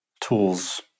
tools